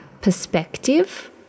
perspective